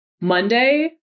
Monday